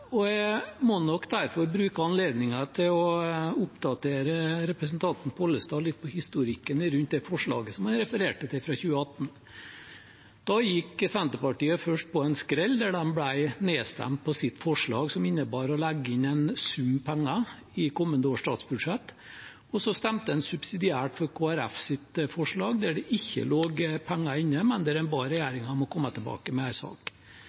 og Kristelig Folkeparti, som er to partier som egentlig står for stort sett akkurat det samme når det gjelder landbrukspolitikken. Sånn har det blitt også denne gangen. Jeg må nok derfor bruke anledningen til å oppdatere representanten Pollestad litt på historikken rundt det forslaget som jeg refererte til, fra 2018. Da gikk Senterpartiet først på en skrell der de ble nedstemt på sitt forslag, som innebar å legge inn en sum penger i kommende års statsbudsjett. Og så stemte en subsidiært for